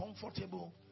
comfortable